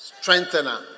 Strengthener